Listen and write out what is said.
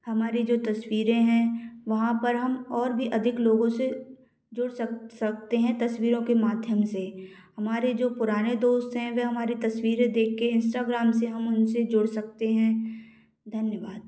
हमारी जो तस्वीरें हैं वहाँ पर हम और भी अधिक लोगों से जुड़ सकते हैं तस्वीरों के माध्यम से हमारे जो पुराने दोस्त हैं वह हमारी तस्वीर देखकर इंस्टाग्राम से हम उनसे जोड़ सकते हैं धन्यवाद